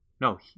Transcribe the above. No